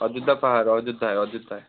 অযোধ্যা পাহাড় অযোধ্যায় অযোধ্যায়